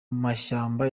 mashyamba